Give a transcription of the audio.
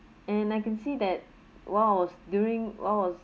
and I can see that while I was during while I was